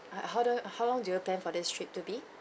how the how long do you plan for this trip to be